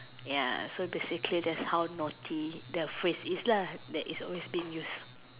ya so basically that's how naughty that phrase is lah that is always been used